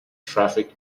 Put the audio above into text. traffic